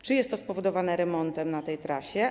Czy jest to spowodowane remontem na tej trasie?